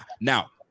Now